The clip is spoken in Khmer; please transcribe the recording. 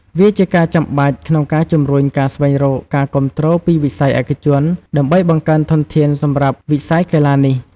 វាជាការចាំបាច់ក្នុងការជំរុញការស្វែងរកការគាំទ្រពីវិស័យឯកជន ដើម្បីបង្កើនធនធានសម្រាប់វិស័យកីឡានេះ។